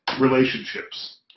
relationships